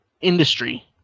industry